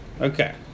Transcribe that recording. Okay